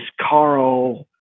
Carl